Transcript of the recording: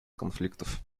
конфликтов